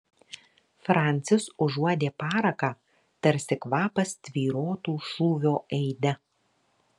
francis užuodė paraką tarsi kvapas tvyrotų šūvio aide